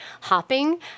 hopping